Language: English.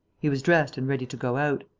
he was dressed and ready to go out.